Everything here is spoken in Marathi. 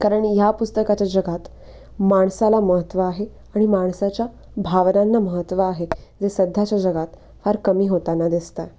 कारण या पुस्तकाच्या जगात माणसाला महत्त्व आहे आणि माणसाच्या भावनांना महत्त्व आहे जे सध्याच्या जगात फार कमी होताना दिसतं आहे